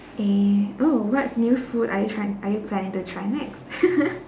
eh oh what new food are you tryi~ are you planning to try next